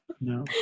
no